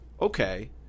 okay